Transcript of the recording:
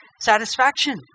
satisfaction